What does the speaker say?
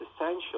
essential